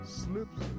slips